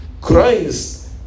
Christ